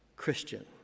Christian